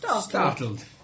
startled